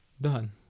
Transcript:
Done